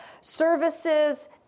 services